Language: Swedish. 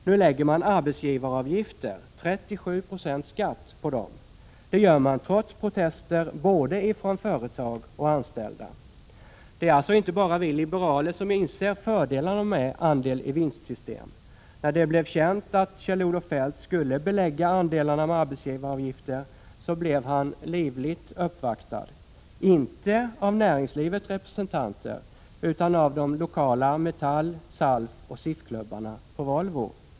Nu lägger man arbetsgivaravgifter — 37 90 skatt — på dem. Det gör man trots protester både från företag och anställda. Det är alltså inte bara vi liberaler som inser fördelarna med andel-i-vinstsystemen. När det blev känt att Kjell-Olof Feldt skulle belägga andelarna med arbetsgivaravgifter blev han livligt uppvaktad — inte av näringslivets representanter utan av de lokala Metall-, SALF och SIF-klubbarna på Volvo.